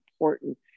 important